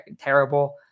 terrible